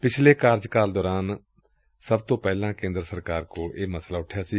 ਪਿਛਲੇ ਕਾਰਜਕਾਲ ਦੌਰਾਨ ਸਭ ਤੋਂ ਪਹਿਲਾਂ ਕੇਂਦਰ ਸਰਕਾਰ ਕੋਲ ਇਹ ਮਸਲਾ ਉਠਾਇਆ ਸੀ